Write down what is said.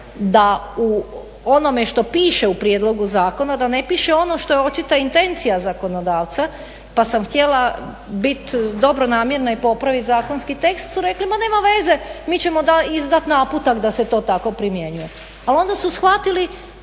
da u onome što piše u prijedlogu zakona da ne piše što je očita intencija zakonodavca pa sam htjela biti dobronamjerna i popraviti zakonski tekst su rekli ma nema veze mi ćemo izdati naputak da se to tako primjenjuje. Ali onda su shvatili